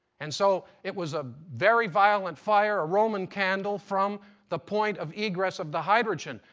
and so it was a very violent fire, ah roman candle from the point of egress of the hydrogen.